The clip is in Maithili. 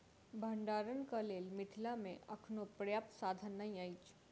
भंडारणक लेल मिथिला मे अखनो पर्याप्त साधन नै अछि